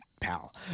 pal